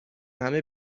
همه